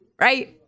Right